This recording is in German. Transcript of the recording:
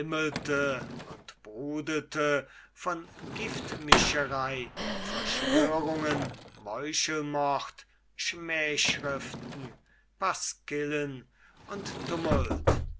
und brudelte von giftmischerei verschwörungen meuchelmord schmähschriften pasquillen und tumult